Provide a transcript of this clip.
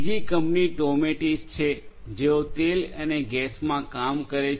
બીજી કંપની ટોમેટિસ છે જેઓ તેલ અને ગેસમાં કામ કરે છે